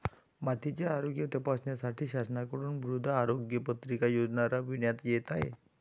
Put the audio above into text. मातीचे आरोग्य तपासण्यासाठी शासनाकडून मृदा आरोग्य पत्रिका योजना राबविण्यात येत आहे